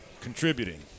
contributing